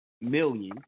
million